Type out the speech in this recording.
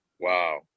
Wow